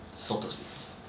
so to speak